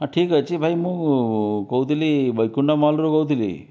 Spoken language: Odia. ହଁ ଠିକଅଛି ଭାଇ ମୁଁ କହୁଥିଲି ବୈକୁଣ୍ଠ ମଲ୍ରୁ କହୁଥିଲି